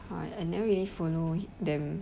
!wah! I never really follow them